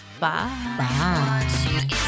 bye